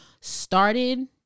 started